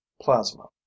Plasma